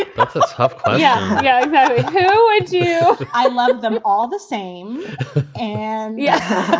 ah but ah yeah, i do i love them all the same and yeah